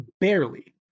barely